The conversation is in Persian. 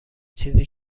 چیزی